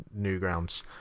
Newgrounds